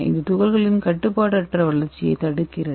இது துகள்களின் கட்டுப்பாடற்ற வளர்ச்சியைத் தடுக்கிறது